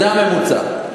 זה הממוצע.